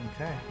Okay